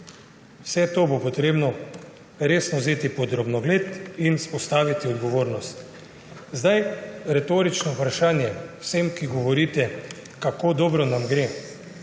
vse to bo potrebno resno vzeti pod drobnogled in vzpostaviti odgovornost. Retorično vprašanje vsem, ki govorite, kako dobro nam gre.